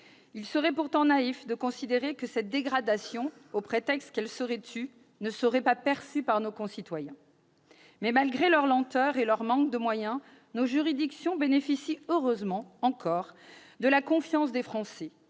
Il serait pourtant naïf de considérer que cette dégradation, au prétexte qu'elle serait tue, ne serait pas perçue par nos concitoyens. Cependant, malgré leur lenteur et leur manque de moyens, nos juridictions bénéficient encore, heureusement, de la confiance des Français.